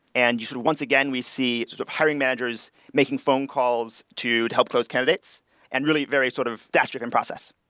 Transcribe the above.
and yeah once again, we see sort of hiring managers making phone calls to help close candidates and really very sort of drastic in process.